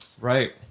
Right